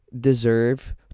deserve